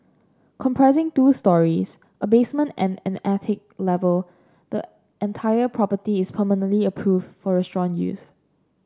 comprising two storeys a basement and an attic level the entire property is permanently approved for restaurant use